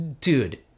dude